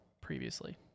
previously